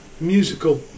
musical